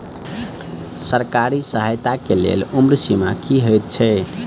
सरकारी सहायता केँ लेल उम्र सीमा की हएत छई?